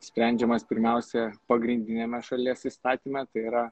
sprendžiamas pirmiausia pagrindiniame šalies įstatyme tai yra